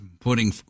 putting